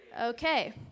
Okay